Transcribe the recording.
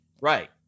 Right